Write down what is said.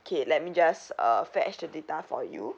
okay let me just uh fetch the data for you